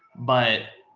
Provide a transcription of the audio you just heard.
but